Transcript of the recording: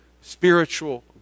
spiritual